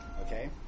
Okay